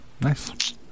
Nice